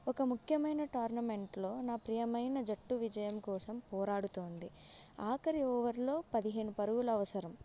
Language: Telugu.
ఒక ముఖ్యమైన టోర్నమెంట్లో నా ప్రియమైన జట్టు విజయం కోసం పోరాడుతోంది ఆఖరి ఓవర్లో పదిహేను పరుగులు అవసరం